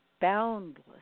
boundless